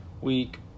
week